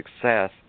success